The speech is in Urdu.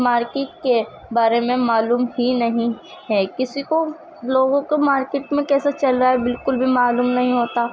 مارکیٹ کے بارے میں معلوم ہی نہیں ہے کسی کو لوگوں کو مارکیٹ میں کیسا چل رہا ہے بالکل بھی معلوم نہیں ہوتا